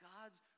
God's